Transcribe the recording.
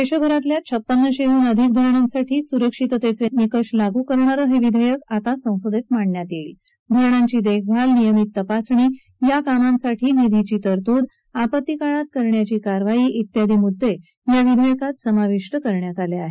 देशभरातल्या छप्पन्नशेहून अधिक धरणांसाठी सुरक्षिततेचे निकष लागू करणारं हे विधेयक आता संसदेत मांडण्यात येईल धरणांची देखभाल नियमित तपासणी या कामांसाठी निधीची तरतूद आपत्तीकाळात करण्याची कारवाई वियादी मुद्दे या विधेयकात समाविष्ट करण्यात आले आहेत